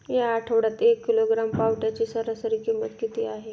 या आठवड्यात एक किलोग्रॅम पावट्याची सरासरी किंमत किती आहे?